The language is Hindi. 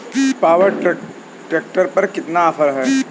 पावर ट्रैक ट्रैक्टर पर कितना ऑफर है?